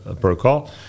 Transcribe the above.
Protocol